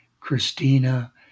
Christina